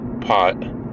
pot